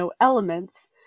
elements